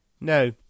No